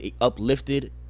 uplifted